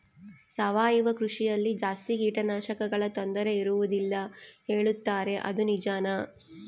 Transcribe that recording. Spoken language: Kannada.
ಸಾವಯವ ಕೃಷಿಯಲ್ಲಿ ಜಾಸ್ತಿ ಕೇಟನಾಶಕಗಳ ತೊಂದರೆ ಇರುವದಿಲ್ಲ ಹೇಳುತ್ತಾರೆ ಅದು ನಿಜಾನಾ?